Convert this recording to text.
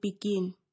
begin